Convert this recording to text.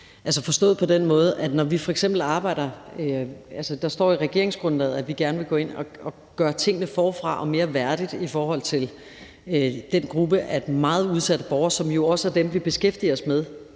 forstået på den måde, at når der står i regeringsgrundlaget, at vi gerne vil gå ind og gøre tingene forfra og gøre det mere værdigt i forhold til den gruppe af meget udsatte borgere, som jo også er dem, vi beskæftiger os med